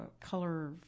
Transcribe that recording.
color